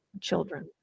children